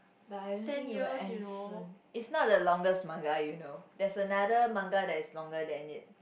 but I don't think it will end soon it's not the longest manga you know there's another manga that is longer than it